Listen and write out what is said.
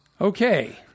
Okay